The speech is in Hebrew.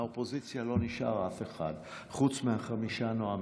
מהאופוזיציה לא נשאר אף אחד חוץ מחמישה נואמים.